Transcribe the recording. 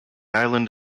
island